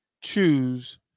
choose